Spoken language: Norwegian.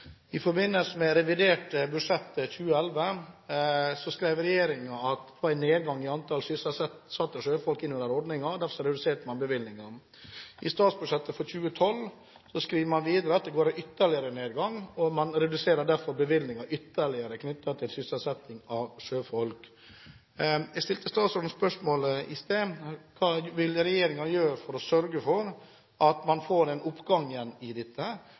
I forbindelse med revidert budsjett 2011 skrev regjeringen at det var en nedgang i antall sysselsatte sjøfolk som kom inn under denne ordningen. Derfor reduserte man bevilgningene. I statsbudsjettet for 2012 skriver man videre at det er ytterligere nedgang i antall sysselsatte sjøfolk, og man reduserer derfor bevilgningene ytterligere. Jeg stilte i sted statsråden spørsmålet: Hva vil regjeringen gjøre for å sørge for at man får en oppgang igjen når det gjelder dette,